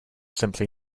simply